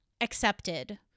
accepted